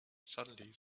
suddenly